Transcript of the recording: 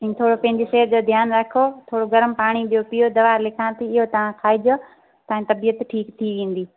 ऐं थोरो पंहिंजी सिहतु जो ध्यानु रखो थोरो गर्म पाणी ॿियो पियो दवा लिखां थी इहो तव्हां खाइजो तव्हां तबियतु ठीकु थी वेंदी